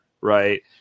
right